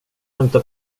hämta